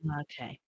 Okay